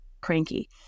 cranky